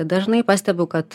dažnai pastebiu kad